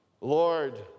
Lord